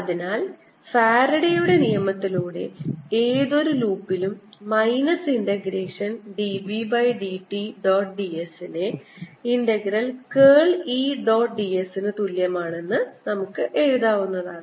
അതിനാൽ ഫാരഡെയുടെ നിയമത്തിലൂടെ ഏതൊരു ലൂപ്പിലും minus integration dB by dt dot ds നെ integral curl E dot ds ന് തുല്യമാണെന്ന് എഴുതാവുന്നതാണ്